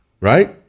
Right